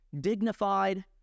dignified